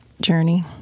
journey